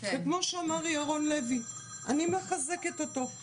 וכמו שאמר ירון לוי, אני מחזקת אותו: